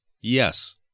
Yes